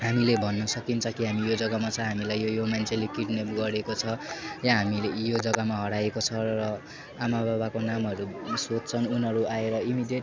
हामीले भन्न सकिन्छ कि हामी यो जग्गामा छ हामीलाई यो यो मान्छेले किड्न्याप गरेको छ या हामीले यो जग्गामा हराएको छ र आमा बाबाको नामहरू सोध्छन् उनीहरू आएर इमिडेट